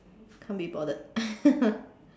can't be bothered